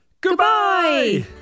goodbye